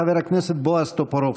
חבר הכנסת בועז טופורובסקי.